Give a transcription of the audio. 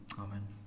Amen